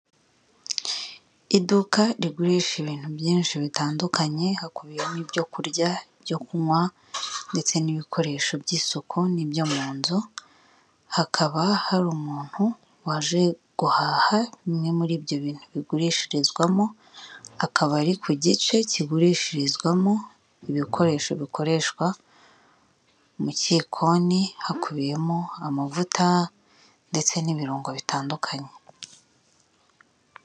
Iduka rigurisha ibintu byinshi bitandukanye, hakubiyemo ibyorya byo kunywa ndetse n'ibikoresho by'isuku n'ibyo mu nzu, hakaba hari umuntu waje guhaha bimwe muri ibyo bintu bigurishirizwamo, akabari ku gice kigurishirizwamo ibikoresho bikoreshwa mu gikoni, hakubiyemo amavuta, ndetse n'ibirungo bitandukanye.